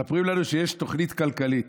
מספרים לנו שיש תוכנית כלכלית.